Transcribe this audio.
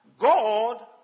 God